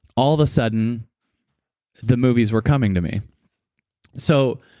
all the sudden the movies were coming to me so,